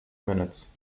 minutes